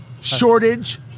Shortage